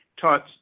taught